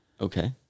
Okay